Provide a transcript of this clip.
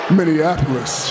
Minneapolis